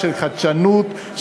של חדשנות,